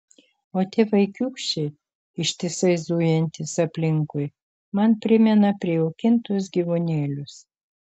o tie vaikiūkščiai ištisai zujantys aplinkui man primena prijaukintus gyvūnėlius